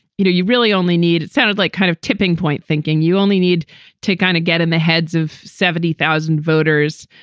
you know, you really only need it sounded like kind of tipping point thinking you only need to kind of get in the heads of seventy thousand voters.